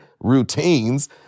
routines